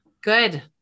Good